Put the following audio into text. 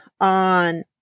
on